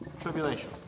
tribulation